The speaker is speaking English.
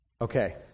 Okay